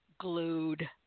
glued